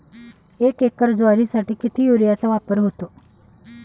एक एकर ज्वारीसाठी किती युरियाचा वापर होतो?